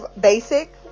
basic